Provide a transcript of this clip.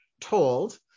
told